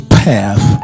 path